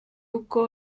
uko